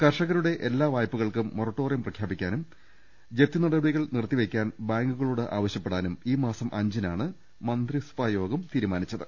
കർഷകരുടെ എല്ലാ വായ്പകൾക്കും മൊറട്ടോറിയം പ്രഖ്യാപിക്കാനും ജപ്തിനടപടികൾ നിർത്തിവെക്കാനും ബാങ്കുകളോട് ആവശ്യപ്പെടാൻ ഈ മാസം അഞ്ചിനാണ് മന്ത്രിസഭായോഗം തീരുമാനിച്ചത്